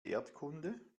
erdkunde